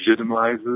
legitimizes